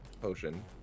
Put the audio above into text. potion